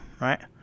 right